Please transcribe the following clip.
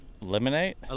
Eliminate